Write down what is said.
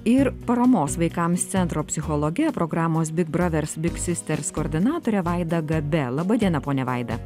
ir paramos vaikams centro psichologe programos big bravers big sisters koordinatore vaida gabe laba diena ponia vaida